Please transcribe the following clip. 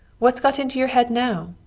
what's got into your head now?